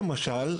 למשל,